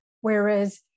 whereas